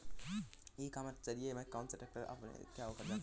ई commerce के ज़रिए क्या मैं मेसी ट्रैक्टर का क्या ऑफर है जान सकता हूँ?